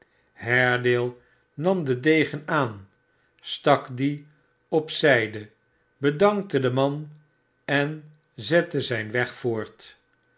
haredale nam den degen aan stak dien op zijde bedankte den man en zette zijn weg voort